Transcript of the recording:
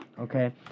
Okay